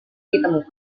ditemukan